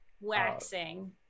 waxing